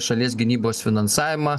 šalies gynybos finansavimą